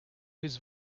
his